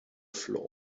floor